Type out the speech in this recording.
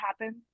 happen